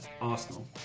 Arsenal